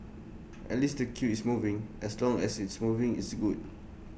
at least the queue is moving as long as it's moving it's good